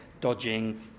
dodging